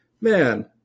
man